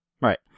Right